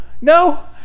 no